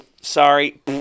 sorry